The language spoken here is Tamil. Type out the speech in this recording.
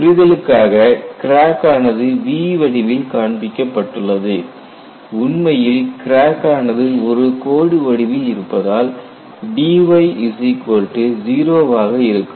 புரிதலுக்காக கிராக் ஆனது V வடிவில் காண்பிக்கப்பட்டுள்ளது உண்மையில் கிராக் ஆனது ஒரு கோடு வடிவில் இருப்பதால் dy0 வாக இருக்கும்